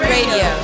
Radio